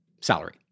salary